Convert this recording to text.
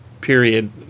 period